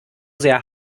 sehr